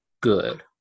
good